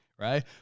right